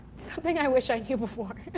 something i wish i knew before.